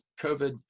COVID